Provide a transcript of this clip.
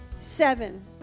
Seven